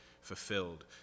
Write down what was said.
fulfilled